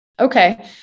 Okay